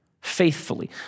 faithfully